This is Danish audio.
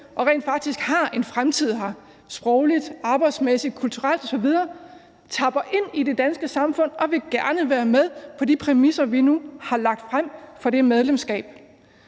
de rent faktisk har en fremtid her sprogligt, arbejdsmæssigt, kulturelt osv.; de tapper ind i det danske samfund og vil gerne være med på de præmisser, vi nu har lagt frem for det medlemskab.